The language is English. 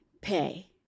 pay